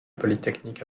polytechnique